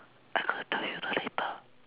I got told you the later